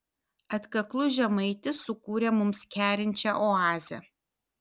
atkaklus žemaitis sukūrė mums kerinčią oazę